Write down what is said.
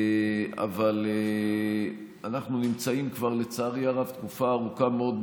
אבל אנחנו נמצאים כבר תקופה ארוכה מאוד,